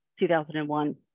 2001